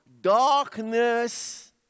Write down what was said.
darkness